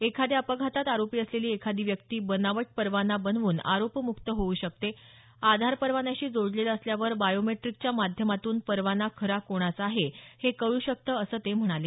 एखाद्या अपघातात आरोपी असलेली एखादी व्यक्ती बनावट परवाना बनवून आरोप मुक्त होऊ शकतो आधार परवान्याशी जोडलेलं असल्यावर बायोमेट्रीकच्या माध्यमातून परवाना खरा कोणाचा आहे हे कळू शकतं असं ते म्हणाले